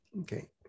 okay